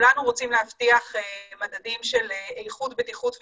כולנו רוצים להבטיח מדדים של איכות בטיחות ויעילות,